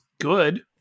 good